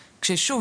כששוב,